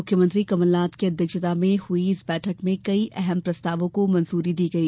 मुख्यमंत्री कमलनाथ की अध्यक्षता में जारी हुई इस बैठक में कई अहम प्रस्तावों को मंजूरी दी गई